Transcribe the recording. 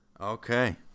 Okay